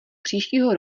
příštího